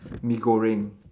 mee-goreng